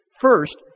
First